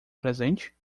presente